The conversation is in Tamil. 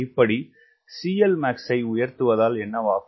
இப்படி CLmax ஐ உயர்த்துவதால் என்னவாகும்